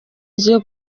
icyo